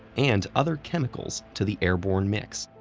and other chemicals to the airborne mix.